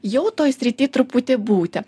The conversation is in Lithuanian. jau toj srity truputį būti